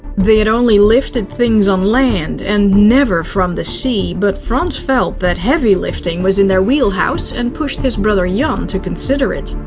they'd only lifted things on land and never from the sea, but frans felt that heavy lifting was in their wheelhouse and pushed his brother jan to consider it.